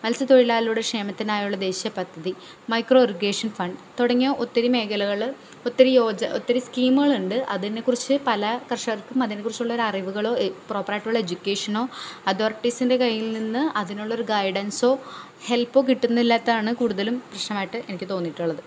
മത്സ്യ തൊഴിലാളിയുടെ ക്ഷേമത്തിനായുള്ള ദേശീയ പദ്ധതി മൈക്രോ ഇറിഗേഷൻ ഫണ്ട് തുടങ്ങിയ ഒത്തിരി മേഖലകൾ ഒത്തിരി യോജന ഒത്തിരി സ്കീമുകളുണ്ട് അതിനെ കുറിച്ച് പല കർഷകർക്കും അതിനെ കുറിച്ചുള്ള അറിവുകളോ പ്രോപ്പറായിട്ടുള്ള എജ്യുക്കേഷനോ അതോററ്റീസിൻ്റെ കയ്യിൽ നിന്ന് അതിനുള്ളൊരു ഗൈഡൻസൊ ഹെൽപ്പ് കിട്ടുന്നില്ലാത്താണ് കൂടുതലും പ്രശ്നമായിട്ട് എനിക്ക് തോന്നിയിട്ടുള്ളത്